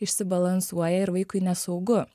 išsibalansuoja ir vaikui nesaugu